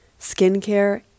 skincare